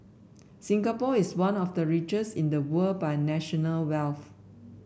Singapore is one of the richest in the world by national wealth